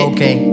Okay